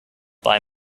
buy